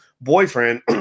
boyfriend